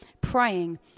praying